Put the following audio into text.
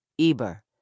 Eber